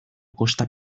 kosta